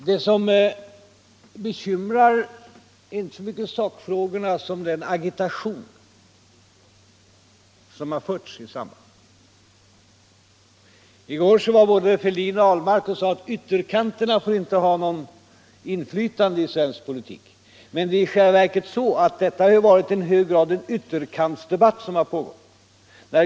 Det som bekymrar är inte så mycket sakfrågorna som den agitation som förts i samhället. I går sade både herr Fälldin och herr Ahlmark att ytterkanterna inte får ha något inflytande på svensk politik. Men det har ju i själva verket i hög grad varit en ytterkantsdebatt som pågått.